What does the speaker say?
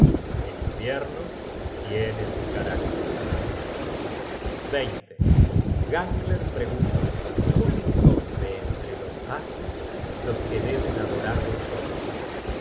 el invierno tiene su carácter content from google book search generated at gangler preguntó cuáles son de entre los asios los que deben adorar los hombres